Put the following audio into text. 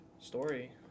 story